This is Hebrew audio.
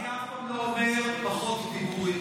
אני אף פעם לא אומר "פחות דיבורים".